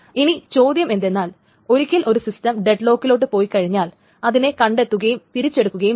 ഇനി ചോദ്യം എന്തെന്നാൽ ഒരിക്കൽ ഒരു സിസ്റ്റം ഡെഡ് ലോക്കിലോട്ട് പോയി കഴിഞ്ഞാൽ അതിനെ കണ്ടെത്തുകയും തിരിച്ചെടുക്കുകയും വേണം